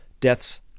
deaths